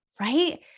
Right